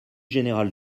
général